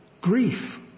grief